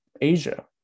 Asia